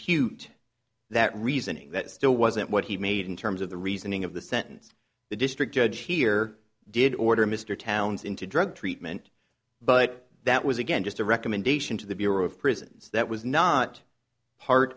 impute that reasoning that still wasn't what he made in terms of the reasoning of the sentence the district judge here did order mr towns into drug treatment but that was again just a recommendation to the bureau of prisons that was not part